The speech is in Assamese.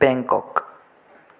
বেংকক